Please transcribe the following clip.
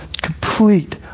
complete